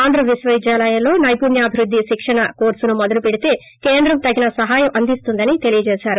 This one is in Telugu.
ఆంధ్ర విశ్వ విద్యాలయంలో నైపుణ్యాభివృద్ది శిక్షణ కోర్పును మొదలుపెడితే కేంద్రం తగిన సహాయం అందజేస్తుందని చెప్పారు